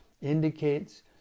indicates